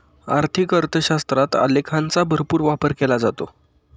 आर्थिक अर्थशास्त्रात आलेखांचा भरपूर वापर केला जातो